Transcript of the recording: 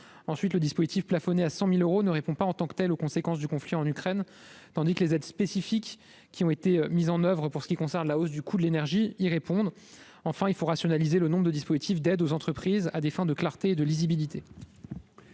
ensuite le dispositif plafonnés à 100000 euros ne répond pas en tant que telle, aux conséquences du conflit en Ukraine, tandis que les aides spécifiques qui ont été mises en oeuvre pour ce qui concerne la hausse du coût de l'énergie, ils répondent enfin il faut rationaliser le nombre de dispositifs d'aide aux entreprises à des fins de clarté, de lisibilité.